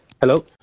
Hello